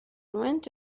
went